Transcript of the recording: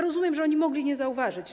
Rozumiem, że oni mogli nie zauważyć.